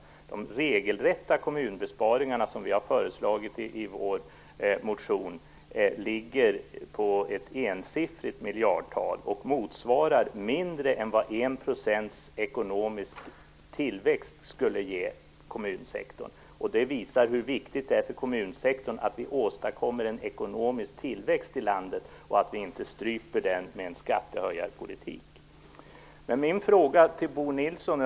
De regelrätta kommunala besparingar som vi har föreslagit i vår motion uppgår till ett ensiffrigt miljardtal och motsvarar mindre än vad 1 % ekonomisk tillväxt skulle ge kommunsektorn. Det visar hur viktigt det är för kommunsektorn att vi åstadkommer en ekonomisk tillväxt i landet och inte stryper den med en skattehöjarpolitik.